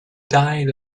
diet